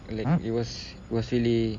like it was it was really